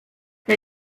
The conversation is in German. der